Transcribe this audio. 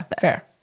fair